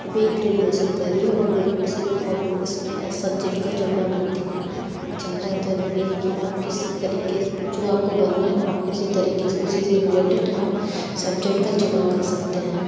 अभी ग्रेजुएसन कर री हूँ और ग्रेजुएसन में कॉम एस सब्जेक्ट का चुनना बहुत ही ज़्यादा ज़रूरी है कि आप किस तरीक़े जो आप को बना है आप उसी तरक़े उसी से रिलेटेड आप सब्जेक्ट का चुनाव कर सकते हैं